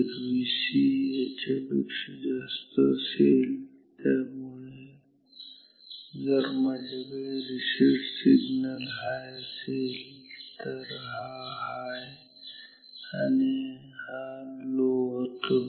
जर Vc याच्यापेक्षा जास्त असेल त्यामुळे जर माझ्याकडे रिसेट सिग्नल हाय असेल तर हा हाय आणि हा लो होतो